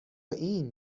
این